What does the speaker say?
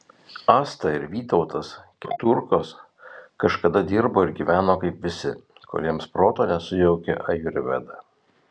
asta ir vytautas keturkos kažkada dirbo ir gyveno kaip visi kol jiems proto nesujaukė ajurveda